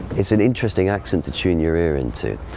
it's an interesting accent to tune your ear into,